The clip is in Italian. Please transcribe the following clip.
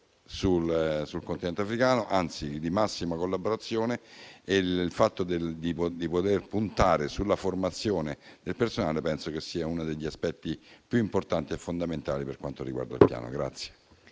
sul continente africano, anzi di massima collaborazione; il fatto di poter puntare sulla formazione del personale penso che sia uno degli aspetti più importanti e fondamentali per quanto riguarda il piano.